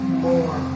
more